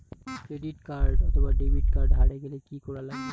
Credit card অথবা debit card হারে গেলে কি করা লাগবে?